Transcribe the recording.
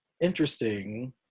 interesting